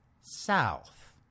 south